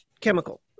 chemical